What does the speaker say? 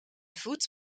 voet